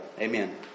Amen